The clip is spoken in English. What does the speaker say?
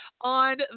On